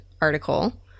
article